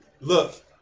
look